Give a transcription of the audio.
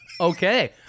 Okay